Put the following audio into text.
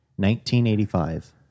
1985